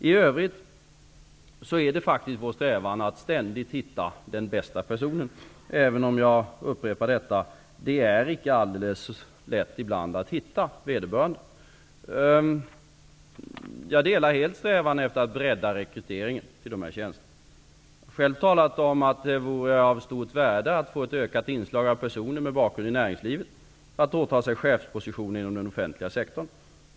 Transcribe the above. I övrigt är det regeringens ständiga strävan att hitta den bästa personen. Men jag upprepar att det ibland inte är alldeles lätt att hitta vederbörande. Jag delar er uppfattning om att det är nödvändigt att sträva efter att bredda rekryteringsunderlaget till dessa tjänster. Jag har själv talat om att det vore av stort värde att få ett ökat inslag av pesoner med bakgrund i näringslivet som vill åta sig chefspositioner inom den offentliga sektorn.